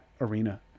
arena